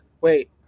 Wait